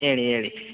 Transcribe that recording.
ಹೇಳಿ ಹೇಳಿ